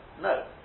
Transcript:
No